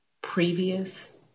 previous